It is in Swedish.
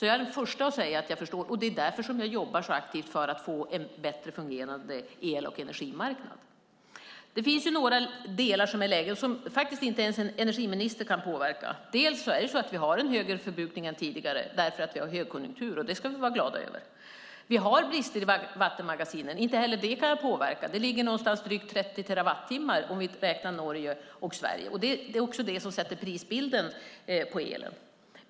Jag är den första att säga att jag förstår. Det är därför jag jobbar så aktivt för att få en bättre fungerande el och energimarknad. Det finns några delar som inte ens en energiminister kan påverka. Vi har en högre förbrukning än tidigare därför att vi har högkonjunktur, vilket vi ska vara glada över. Vi har brister i vattenmagasinen. Inte heller det kan jag påverka. Det ligger på drygt 30 terawattimmar om vi räknar Norge och Sverige. Det bidrar också till prisbilden för elen.